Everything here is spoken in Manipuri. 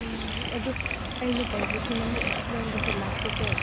ꯎꯝ ꯑꯗꯨ ꯑꯩꯅ ꯇꯧꯕꯁꯤ ꯅꯪꯕꯨ ꯁꯣꯝꯂꯣꯝꯗꯁꯦ ꯂꯥꯛꯄꯁꯦ